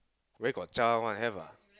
where got child one have ah